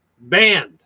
banned